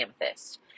amethyst